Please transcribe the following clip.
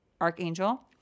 archangel